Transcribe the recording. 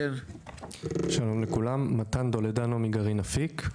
שלום לכולם, מתן טולדנו מגרעין אפיק.